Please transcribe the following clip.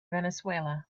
venezuela